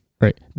Right